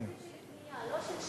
זה תקציב של בנייה, לא של שיפוץ.